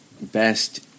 best